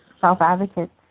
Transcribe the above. self-advocates